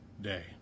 day